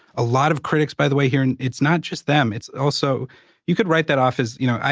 a lot of critics, by the way here in it's not just them, it's also you could write that off as, you know,